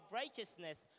righteousness